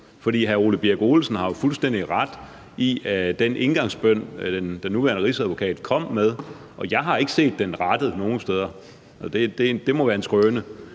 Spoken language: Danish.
For hr. Ole Birk Olesen har jo fuldstændig ret i, at den indgangsbøn, den nuværende rigsadvokat kom med – jeg har ikke set den rettet nogle steder, det må være en skrøne